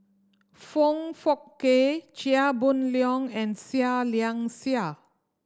Foong Fook Kay Chia Boon Leong and Seah Liang Seah